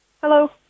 Hello